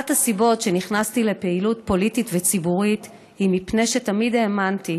אחת הסיבות שנכנסתי לפעילות פוליטית וציבורית היא שתמיד האמנתי